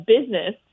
business